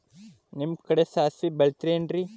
ನಿಮ್ಮ ಕಡೆ ಸಾಸ್ವಿ ಬೆಳಿತಿರೆನ್ರಿ?